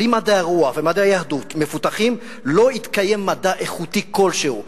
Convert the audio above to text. בלי מדעי הרוח ומדעי יהדות מפותחים לא יתקיים מדע איכותי כלשהו".